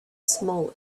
small